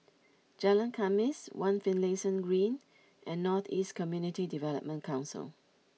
Jalan Khamis one Finlayson Green and North East Community Development Council